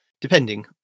depending